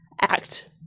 act